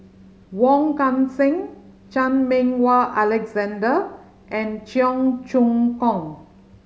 Wong Kan Seng Chan Meng Wah Alexander and Cheong Choong Kong